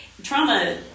trauma